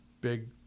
big